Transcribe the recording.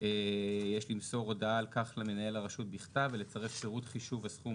יש למסור הודעה על כך למנהל הרשות בכתב ולצרף פירוט חישוב הסכום